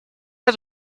has